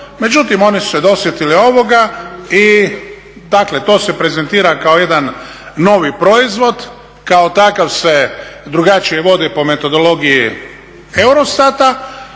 međutim, oni su se dosjetili ovoga i dakle, to se prezentira kao jedan novi proizvod kao takav se drugačije vodi po metodologiji eurostata